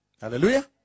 Hallelujah